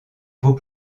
vaut